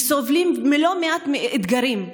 וסובלות מלא מעט אתגרים,